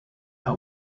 her